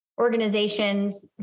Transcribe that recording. organizations